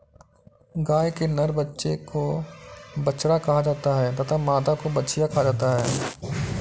गाय के नर बच्चे को बछड़ा कहा जाता है तथा मादा को बछिया कहा जाता है